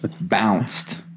bounced